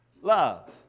love